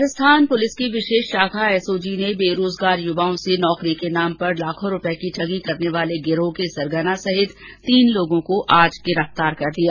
Rajasthan police की विशेष शाखा एसओजी ने बेरोजगार युवाओं से नौकरी के नाम पर लाखों रूपए की ठगी करने वाले गिरोह के सरगना समेत तीन लोगों को आज गिरफतार कर लिया